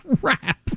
crap